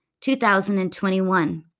2021